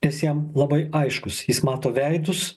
nes jam labai aiškus jis mato veidus